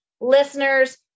listeners